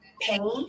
pain